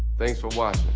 thanks for watching.